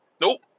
Nope